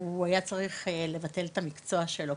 הוא היה צריך לבטל את המקצוע שלו,